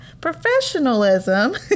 professionalism